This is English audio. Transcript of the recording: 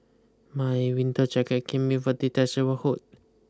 my winter jacket came with a detachable hood